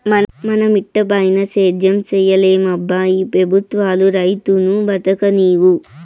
మన మిటపైన సేద్యం సేయలేమబ్బా ఈ పెబుత్వాలు రైతును బతుకనీవు